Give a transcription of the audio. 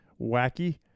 wacky